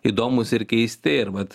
įdomūs ir keisti ir vat